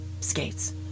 skates